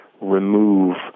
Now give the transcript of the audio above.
remove